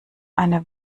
eine